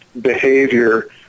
behavior